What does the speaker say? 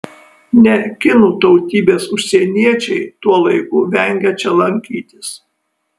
ne kinų tautybės užsieniečiai tuo laiku vengia čia lankytis